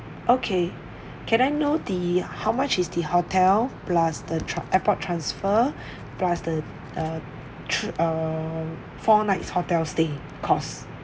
okay can I know the how much is the hotel plus the tra~ airport transfer plus the uh thr~ err four nights hotel stay cost